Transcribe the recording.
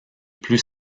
plus